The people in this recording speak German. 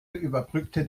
überbrückte